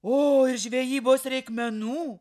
o ir žvejybos reikmenų